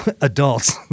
Adults